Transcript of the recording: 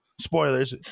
spoilers